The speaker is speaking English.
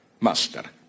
master